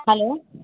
hello